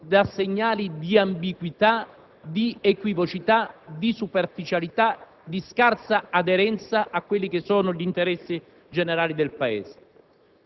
dà segnali di ambiguità, di equivocità, di superficialità e di scarsa aderenza agli interessi generali del Paese.